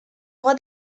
roi